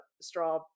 straw